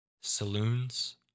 saloons